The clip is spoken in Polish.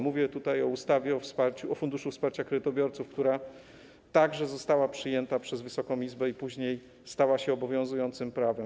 Mówię tutaj o ustawie, o wsparciu, o Funduszu Wsparcia Kredytobiorców, która także została przyjęta przez Wysoka Izbę i później stała się obowiązującym prawem.